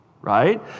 right